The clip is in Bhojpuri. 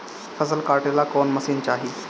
फसल काटेला कौन मशीन चाही?